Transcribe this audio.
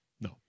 No